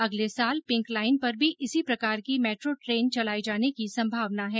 अगले साल pink line पर भी इसी प्रकार की मेट्रो ट्रेन चलाए जाने की संभावना है